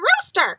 rooster